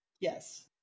Yes